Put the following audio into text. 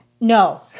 No